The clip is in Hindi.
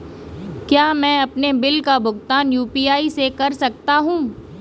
क्या मैं अपने बिल का भुगतान यू.पी.आई से कर सकता हूँ?